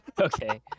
Okay